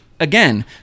again